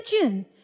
imagine